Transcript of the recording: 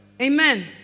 amen